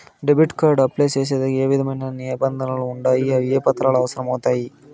Debit card apply సేసేకి ఏ విధమైన నిబంధనలు ఉండాయి? ఏ పత్రాలు అవసరం అవుతాయి?